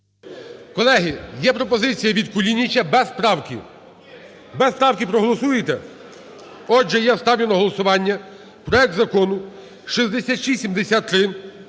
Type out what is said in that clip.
Колеги, є пропозиція від Кулініча без правки. Без правки проголосуєте? Отже, я ставлю на голосування проект Закону 6673